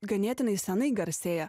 ganėtinai senai garsėja